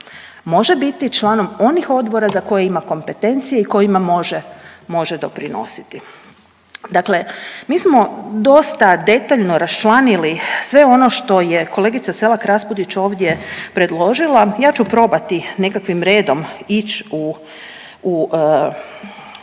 Može biti članom onih odbora za koje ima kompetencije i kojima može doprinositi. Dakle mi smo dosta detaljno raščlanili sve ono što je kolegica Selak Raspudić ovdje predložila, ja ću probati nekakvim redom ići u